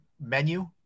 menu